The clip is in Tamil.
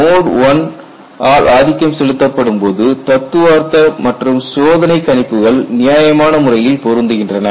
மோட் I ஆல் ஆதிக்கம் செலுத்தப்படும்போது தத்துவார்த்த மற்றும் சோதனை கணிப்புகள் நியாயமான முறையில் பொருந்துகின்றன